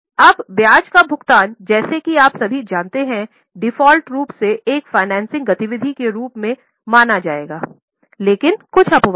अब ब्याज का भुगतान जैसा कि आप सभी जानते हैं डिफ़ॉल्ट रूप से एक फाइनेंसिंग गति विधि के रूप में माना जाएगा लेकिन कुछ अपवाद हैं